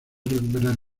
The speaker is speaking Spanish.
recuperar